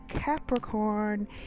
capricorn